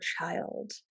child